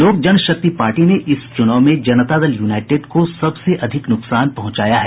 लोक जनशक्ति पार्टी ने इस चूनाव में जनता दल यूनाइटेड को सबसे ज्यादा नुकसान पहुचाया है